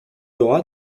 auras